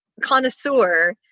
connoisseur